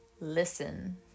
listen